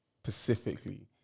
specifically